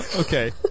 Okay